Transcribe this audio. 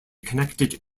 connected